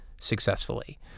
successfully